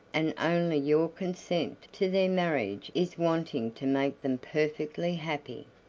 and only your consent to their marriage is wanting to make them perfectly happy.